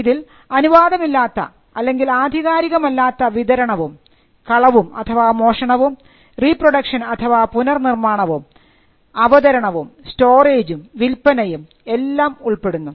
ഇതിൽ അനുവാദമില്ലാത്ത അല്ലെങ്കിൽ ആധികാരികമല്ലാത്ത വിതരണവും കളവുംമോഷണവും റീപ്രൊഡക്ഷൻ അഥവാ പുനർനിർമ്മാണവും അവതരണവും സ്റ്റോറേജും വിൽപനയും എല്ലാം ഉൾപ്പെടുന്നു